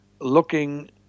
looking